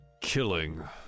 killing